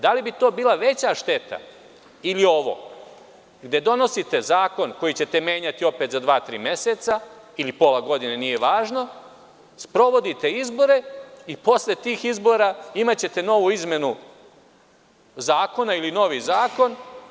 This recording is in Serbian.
Da li bi to bila veća šteta ili ovo, gde donosite zakon koji ćete menjati opet za dva, tri meseca, ili pola godine, nije važno, sprovodite izbore i posle tih izbora imaćete novu izmenu zakona ili novi zakon?